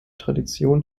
tradition